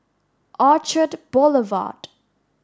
Orchard Boulevard